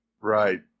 Right